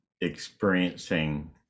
experiencing